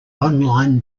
online